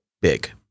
big